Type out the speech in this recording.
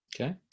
Okay